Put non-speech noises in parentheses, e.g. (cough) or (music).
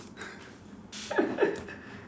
(laughs)